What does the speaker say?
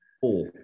four